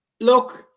Look